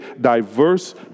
diverse